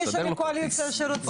מישהו מהקואליציה שרוצה?